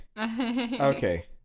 Okay